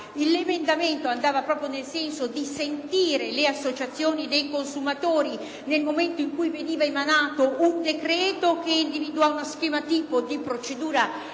L'emendamento 21.6 andava proprio nel senso di sentire le associazioni dei consumatori nel momento in cui veniva emanato un decreto che individuava uno schema tipo di procedura